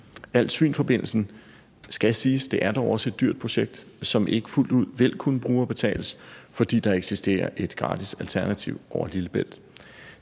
Als-Fyn-forbindelsen dog er et dyrt projekt, som ikke fuldt ud vil kunne brugerbetales, fordi der eksisterer et gratis alternativ over Lillebælt.